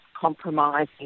compromising